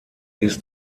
ist